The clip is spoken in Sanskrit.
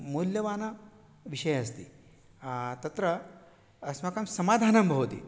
मूल्यवान् विषय अस्ति तत्र अस्माकं समाधानं भवति